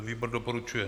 Výbor doporučuje.